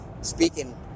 speaking